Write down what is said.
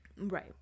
Right